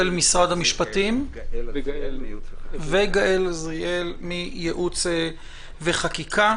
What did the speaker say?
משרד המשפטים וגאל עזריאל ממחלקת ייעוץ וחקיקה.